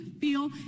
feel